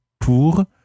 Pour